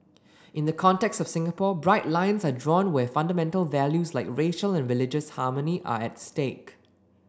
in the context of Singapore bright lines are drawn where fundamental values like racial and religious harmony are at stake